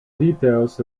details